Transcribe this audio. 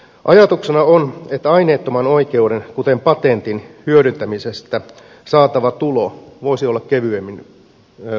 ajatuksena on että aineettoman oikeuden kuten patentin hyödyntämisestä saatava tulo voisi olla kevyemmin verotettavaa